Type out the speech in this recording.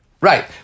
right